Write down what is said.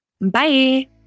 Bye